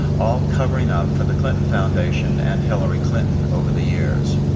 all covering up for the clinton foundation and hillary clinton over the years.